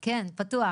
לפתוח.